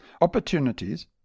Opportunities